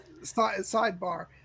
Sidebar